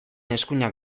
eskuinak